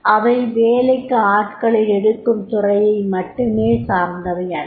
இவை வேலைக்கு ஆட்களை எடுக்கும் துறையை மட்டும் சார்ந்தவையல்ல